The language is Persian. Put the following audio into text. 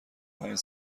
پنج